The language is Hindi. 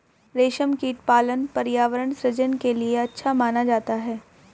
रेशमकीट पालन पर्यावरण सृजन के लिए अच्छा माना जाता है